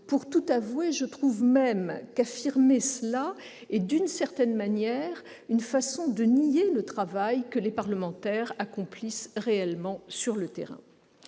Pour tout avouer, je trouve même qu'affirmer cela est une façon de nier le travail que les parlementaires accomplissent réellement sur le terrain.